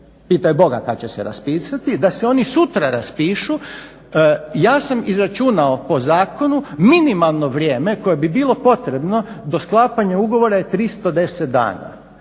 pitaj Boga kad će se raspisati, da se oni sutra raspišu ja sam izračuna po zakonu minimalno vrijeme koje bi bilo potrebno do sklapanja ugovora je 310 dana.